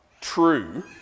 true